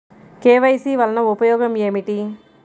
KYC వలన ఉపయోగం ఏమిటీ?